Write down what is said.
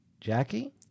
jackie